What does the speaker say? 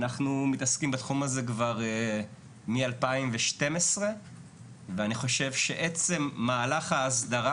אנחנו מתעסקים בתחום הזה כבר מ-2012 ואני חושב שעצם מהלך האסדרה